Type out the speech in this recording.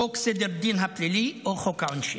חוק סדר הדין הפלילי או חוק העונשין.